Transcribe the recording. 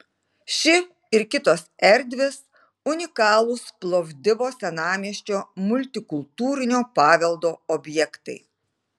ši ir kitos erdvės unikalūs plovdivo senamiesčio multikultūrinio paveldo objektai